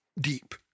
deep